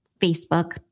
Facebook